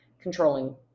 controlling